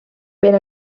per